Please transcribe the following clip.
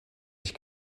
sich